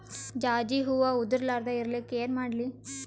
ಜಾಜಿ ಹೂವ ಉದರ್ ಲಾರದ ಇರಲಿಕ್ಕಿ ಏನ ಮಾಡ್ಲಿ?